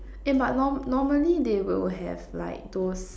eh but norm~ normally they will have like those